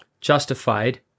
justified